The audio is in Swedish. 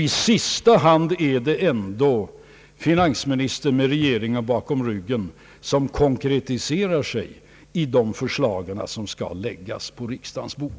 I sista hand är det ändå finansministern — med regeringen bakom sig — som konkretiserar sig i det förslag som skall läggas på riksdagens bord.